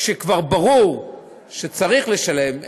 כשכבר ברור שצריך לשלם.